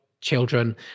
children